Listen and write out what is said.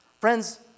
Friends